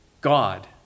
God